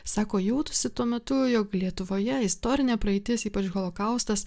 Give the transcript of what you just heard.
sako jautusi tuo metu jog lietuvoje istorinė praeitis ypač holokaustas